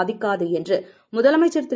பாதிக்காது என்று முதலமைச்சர் திரு